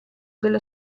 della